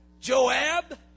Joab